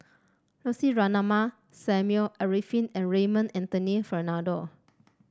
Lucy Ratnammah Samuel Arifin and Raymond Anthony Fernando